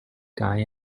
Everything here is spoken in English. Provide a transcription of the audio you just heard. guy